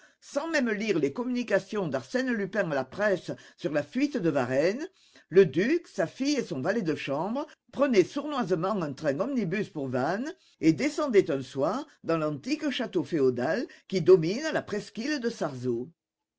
sans même lire les communications d'arsène lupin à la presse sur la fuite de varennes le duc sa fille et son valet de chambre prenaient sournoisement un train omnibus pour vannes et descendaient un soir dans l'antique château féodal qui domine la presqu'île de sarzeau